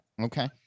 Okay